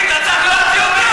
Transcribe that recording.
אתה צריך להוציא אותו,